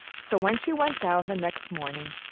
so, when she went down the next morning,